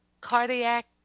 cardiac